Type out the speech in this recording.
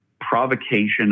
provocation